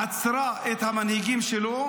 עצרה את המנהיגים שלו,